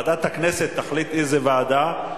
ועדת הכנסת תחליט איזו ועדה.